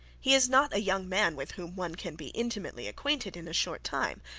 he is not a young man with whom one can be intimately acquainted in a short time,